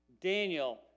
Daniel